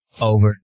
Over